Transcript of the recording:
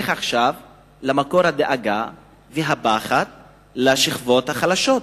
הופך עכשיו למקור הדאגה והפחד לשכבות החלשות.